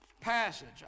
passage